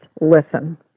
listen